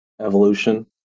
evolution